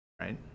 right